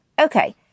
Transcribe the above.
Okay